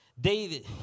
David